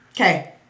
Okay